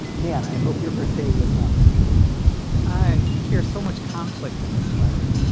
man, i hope your birthday was not recently i hear so much conflict in this letter.